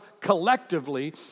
collectively